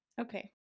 Okay